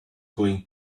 going